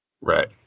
Right